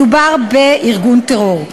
מדובר בארגון טרור.